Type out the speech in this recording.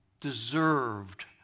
deserved